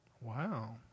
wow